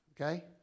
okay